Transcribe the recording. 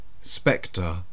Spectre